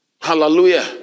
Hallelujah